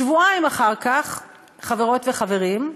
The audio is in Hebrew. שבועיים אחר כך, חברות וחברים,